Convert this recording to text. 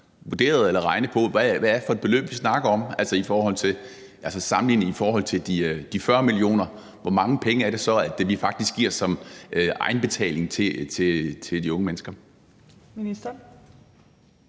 regnet på, hvilket beløb vi snakker om set i forhold til de 40 mio. kr. Hvor mange penge er det så, vi faktisk kræver som egenbetaling fra de unge mennesker?